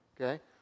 okay